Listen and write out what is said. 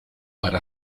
para